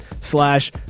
slash